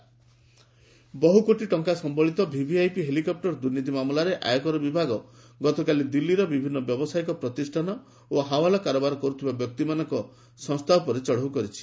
IT ବହୁକୋଟି ଟଙ୍କା ସମ୍ଭଳିତ ଭିଭିଆଇପି ହେଲିକପୁର ଦୁର୍ନୀତି ମାମଲାରେ ଆୟକର ବିଭାଗ ଗତକାଲି ଦିଲ୍ଲୀର ବିଭିନ୍ନ ବ୍ୟବସାୟିକ ପ୍ରତିଷ୍ଠାନ ଓ ହାଓ୍ୱଲା କାରବାର କରୁଥିବା ବ୍ୟକ୍ତିମାନଙ୍କ ସଂସ୍ଥା ଉପରେ ଚଢ଼ଉ କରିଛି